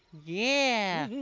yeah.